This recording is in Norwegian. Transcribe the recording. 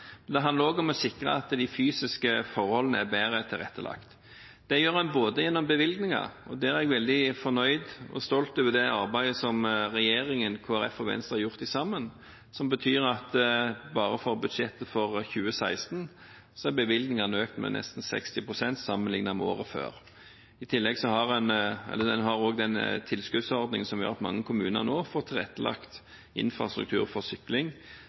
fysiske forholdene er bedre tilrettelagt. Det gjør en gjennom bevilgninger – og der er jeg veldig fornøyd og stolt over det arbeidet som regjeringen, Kristelig Folkeparti og Venstre har gjort sammen, som betyr at bare for budsjettet for 2016 er bevilgningene økt med nesten 60 pst. sammenlignet med året før. En har også en tilskuddsordning som gjør at mange kommuner nå får tilrettelagt infrastruktur for sykling,